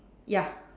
ya